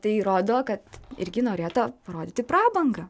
tai rodo kad irgi norėta parodyti prabangą